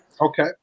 okay